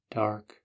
dark